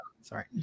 Sorry